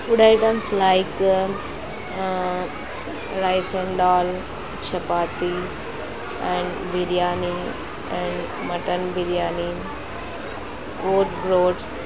food items like rice and dal chapati and biryani and mutton biryani oats broths